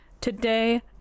Today